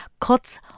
cuts